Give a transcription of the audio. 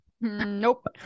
Nope